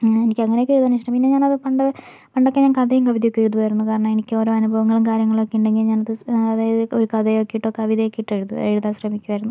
എനിക്കങ്ങനെയൊക്കെ എഴുതാനാണിഷ്ടം പിന്നെ ഞാനത് പണ്ട് പണ്ടൊക്കെ ഞാൻ കഥയും കവിതയൊക്കെ എഴുതുവായിരുന്നു കാരണം എനിക്ക് ഓരോ അനുഭവങ്ങളും കാര്യങ്ങളൊക്കെയുണ്ടെങ്കിൽ ഞാനത് അതായത് ഒരു കഥയാക്കീട്ടോ കവിതയാക്കിയിട്ടോ എഴുതാൻ ശ്രമിക്കുവായിരുന്നു